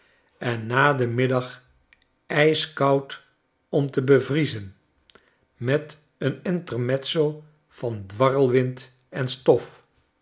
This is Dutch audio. en na den middag ijskoud om te bevriezen met een intermezzo van dwarrelwind en stof